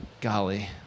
golly